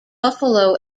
buffalo